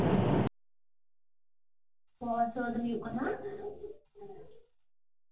ᱵᱚᱦᱚᱜ ᱦᱟᱹᱥᱩᱣᱟᱜ ᱫᱚ ᱦᱩᱭᱩᱜ ᱠᱟᱱᱟ